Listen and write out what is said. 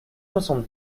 soixante